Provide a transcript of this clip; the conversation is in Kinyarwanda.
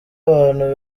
abantu